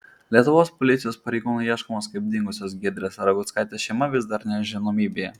lietuvos policijos pareigūnų ieškomos kaip dingusios giedrės raguckaitės šeima vis dar nežinomybėje